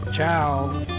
Ciao